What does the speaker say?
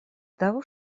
того